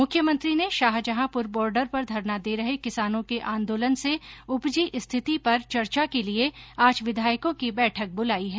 मुख्यमंत्री ने शाहजहॉपुर बोर्डर पर धरना दे रहे किसानों के आंदोलन से ऊपजी स्थिति पर चर्चा के लिये आज विधायकों की बैठक बुलाई है